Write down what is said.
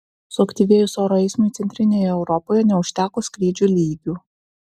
suaktyvėjus oro eismui centrinėje europoje neužteko skrydžių lygių